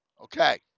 Okay